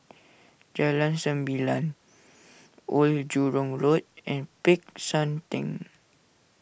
Jalan Sembilang Old Jurong Road and Peck San theng